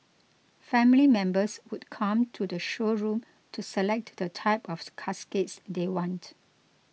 family members would come to the showroom to select the type of caskets they want